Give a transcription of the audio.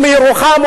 או מירוחם,